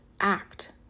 Act